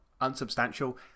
unsubstantial